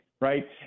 right